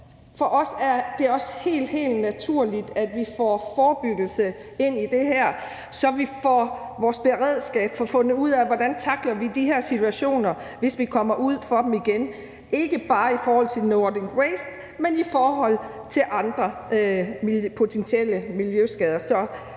For os er det også helt, helt naturligt, at vi får forebyggelse ind i det her, så vi og vores beredskab får fundet ud af, hvordan vi tackler de her situationer, hvis vi kommer ud for dem igen, ikke bare i forhold til Nordic Waste, men i forhold til andre potentielle miljøskader.